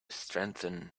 strengthen